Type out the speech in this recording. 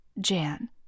Jan